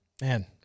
Man